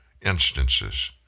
instances